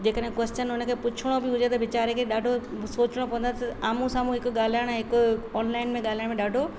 जेकॾहिं क्वेशन उन खे पुछिणो बि हुजे त वीचारे खे ॾाढो सोचिणो पवंदो आहे त आमू साम्हूं हिकु ॻाल्हाइणु हिकु ऑनलाइन में ॻाल्हाइण में ॾाढो